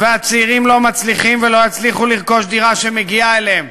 והצעירים לא מצליחים ולא יצליחו לרכוש דירה שמגיעה להם.